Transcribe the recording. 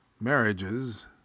marriages